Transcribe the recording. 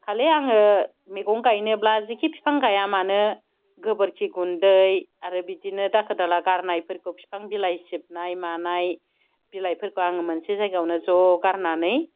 खालि आङो मेगं गायनोब्ला जिखि फिफां गाइया मानो गोबोरखि गुन्दै आरो बिदिनो दाखोर दाला गारनायफोरखौ फिफां बिलाय सिबनाय मानाय बिलायफोरखौ आङो मोनसे जायगायावनो ज' गारनानै